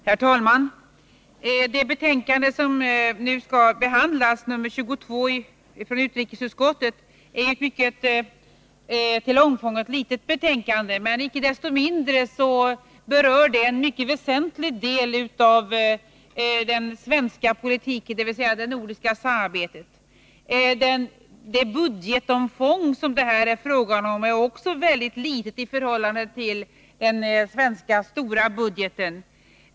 Herr talman! Det betänkande som nu skall behandlas, utrikesutskottets betänkande nr 22, är ett till omfånget mycket litet betänkande. Icke desto mindre berör det en mycket väsentlig del av den svenska politiken, nämligen det nordiska samarbetet. Det budgetomfång som det här är fråga om är också väldigt litet i förhållande till den stora svenska budgeten.